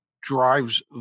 drives